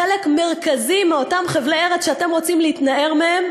חלק מרכזי מאותם חבלי ארץ שאתם רוצים להתנער מהם,